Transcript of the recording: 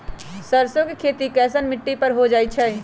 सरसों के खेती कैसन मिट्टी पर होई छाई?